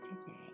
today